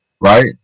right